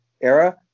era